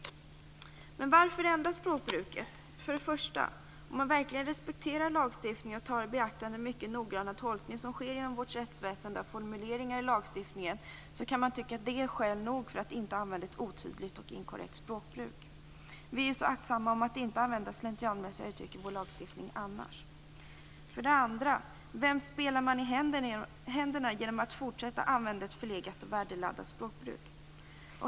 Men varför ändra språkbruket? För det första: Om man verkligen respekterar lagstiftningen och tar i beaktande den mycket noggranna tolkning som sker i vårt rättsväsende av formuleringar i lagstiftningen, kan man tycka att det är skäl nog att inte använda ett otydligt och inkorrekt språkbruk. Vi är så aktsamma om att inte annars använda slentrianmässiga uttryck i vår lagstiftning. För det andra: Vem spelar man i händerna genom att fortsätta att använda ett förlegat och värdeladdat språkbruk?